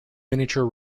miniature